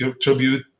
tribute